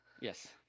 yes